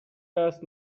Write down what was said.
است